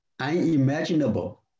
unimaginable